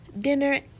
dinner